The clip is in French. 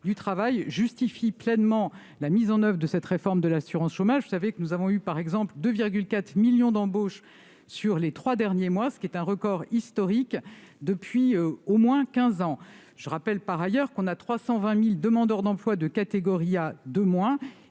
du travail justifient pleinement la mise en oeuvre de cette réforme de l'assurance chômage. Vous le savez, nous avons eu 2,4 millions d'embauches ces trois derniers mois, ce qui est un record historique depuis au moins quinze ans. Je rappelle, par ailleurs, qu'on a 320 000 demandeurs d'emploi de catégorie A de moins